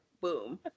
boom